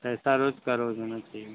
पैसा रोज का रोज होना चाहिए